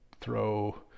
throw